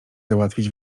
załatwić